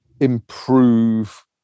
improve